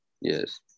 Yes